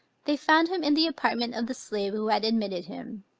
they found him in the apartment of the slave who had admitted him,